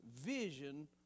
vision